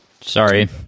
sorry